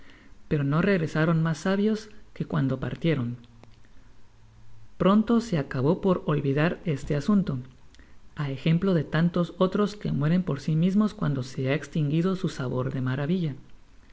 pero no regresaron mas sabios que cuando partieron pronto seaoabó por olvidar este asunto á ejemplo de tantos otros que mueren por si mismos cuando se ha extinguido su sabor de maravilla